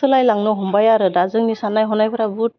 सोलायलांनो हमबाय आरो दा जोंनि सान्नाय हनायफोरा बुहुत